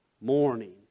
morning